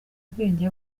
ubwenge